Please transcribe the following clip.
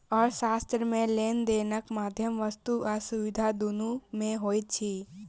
अर्थशास्त्र मे लेन देनक माध्यम वस्तु आ सुविधा दुनू मे होइत अछि